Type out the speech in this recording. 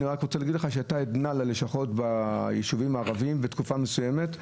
הייתה עדנה ללשכות ביישובים הערביים בתקופה מסוימת,